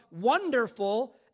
wonderful